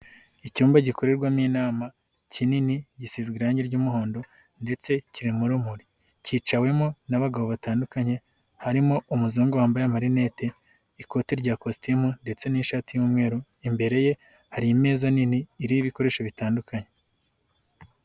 Icyumba gikorerwamo'inama kinini gisizwe irangi ry'umuhondo, ndetse kirimo urumuri kicawemo n'abagabo batandukanye, harimo umuzungu wambaye amarinete, ikoti rya kositimu ndetse n'ishati y'umweru, imbere ye hari imeza nini iriho ibikoresho bitandukanye.